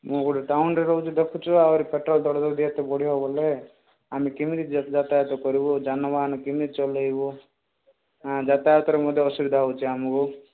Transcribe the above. ମୁଁ ଗୋଟିଏ ଟାଉନ୍ରେ ରହୁଛି ଦେଖୁଛୁ ଆହୁରି ସେ ପେଟ୍ରୋଲ୍ ଦର ଏତେ ବଢ଼ିବ ବୋଲେ ଆମେ କେମିତି ଯା ଯାତାୟତ କରିବୁ ଯାନ ବାହାନ କେମିତି ଚଲେଇବୁ ହାଁ ଯାତାୟତରେ ମଧ୍ୟ ଅସୁବିଧା ହେଉଛି ଆମକୁ